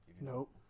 Nope